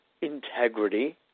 integrity